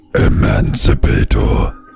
Emancipator